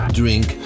drink